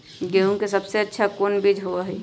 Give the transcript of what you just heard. गेंहू के सबसे अच्छा कौन बीज होई?